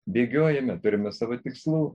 bėgiojame pirma savo tikslų